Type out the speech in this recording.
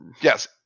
Yes